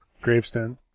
gravestone